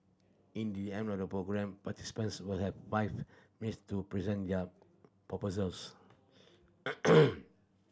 in the end of the programme participants will have five minutes to present their proposals